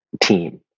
team